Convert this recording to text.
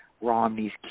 Romney's